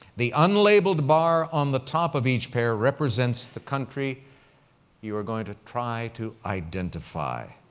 the unlabeled bar on the top of each pair represents the country you are going to try to identify,